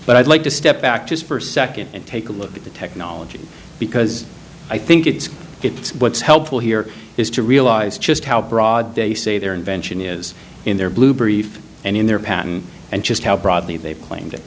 but i'd like to step back just for a second and take a look at the technology because i think it's it's what's helpful here is to realize just how broad they say their invention is in their blue brief and in their patent and just how broadly they've claimed it